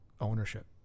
ownership